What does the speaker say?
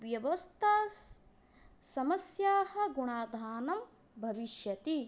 व्यवस्थाः समस्याः गुणाधानं भविष्यति